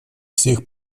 всех